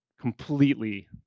completely